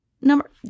number